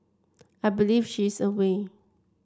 I believe she is away